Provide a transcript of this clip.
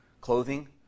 clothing